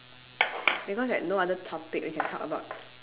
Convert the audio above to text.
because like no other topic we can talk about